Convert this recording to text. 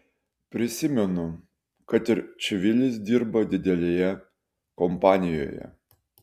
prisimenu kad ir čivilis dirba didelėje kompanijoje